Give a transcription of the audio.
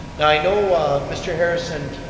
now i know mr. harrison,